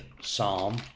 Psalm